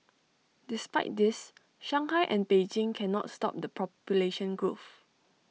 despite this Shanghai and Beijing cannot stop the population growth